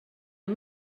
amb